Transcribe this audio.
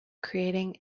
creating